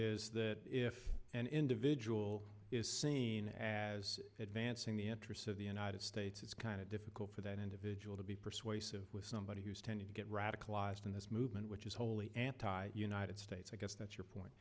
is that if an individual is seen as advancing the interests of the united states it's kind of difficult for that individual to be persuasive with somebody who's tended to get radicalized in this movement which is wholly anti united states i guess that's your point